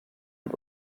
und